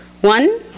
One